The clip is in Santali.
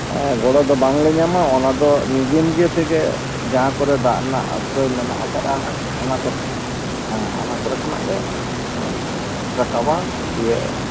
ᱜᱚᱲᱚ ᱫᱚ ᱵᱟᱝᱞᱮ ᱧᱟᱢᱟ ᱚᱱᱟᱫᱚ ᱱᱤᱡᱮ ᱱᱤᱡᱮᱛᱮᱜᱮ ᱡᱟᱦᱟᱸ ᱠᱚᱨᱮ ᱫᱟᱜ ᱨᱮᱱᱟᱜ ᱟᱥᱨᱚᱭ ᱢᱮᱱᱟᱜ ᱟᱠᱟᱫᱟ ᱚᱱᱟ ᱠᱚ ᱦᱮᱸ ᱚᱱᱟ ᱠᱚᱨᱮ ᱠᱷᱚᱱᱟᱜ ᱞᱮ ᱨᱟᱠᱟᱵᱟ ᱫᱤᱭᱮ